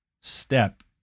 step